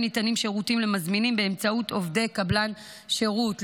ניתנים שירותים למזמינים באמצעות עובדי קבלן שירות,